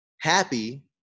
Happy